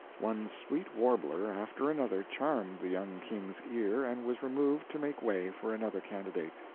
one sweet warbler after another charmed the young king's ear and was removed to make way for another candidate.